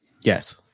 Yes